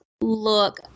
look